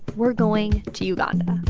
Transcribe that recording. we're going to uganda